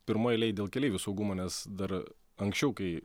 pirmoj eilėj dėl keleivių saugumo nes dar anksčiau kai